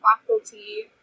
faculty